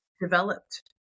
developed